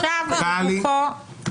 זה לא קשור --- טלי.